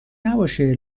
نباشه